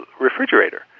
refrigerator